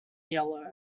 yellow